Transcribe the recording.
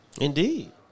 Indeed